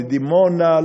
לדימונה,